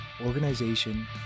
organization